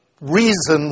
reasons